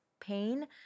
pain